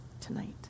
tonight